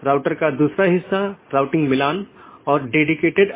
एक विशेष उपकरण या राउटर है जिसको BGP स्पीकर कहा जाता है जिसको हम देखेंगे